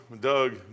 Doug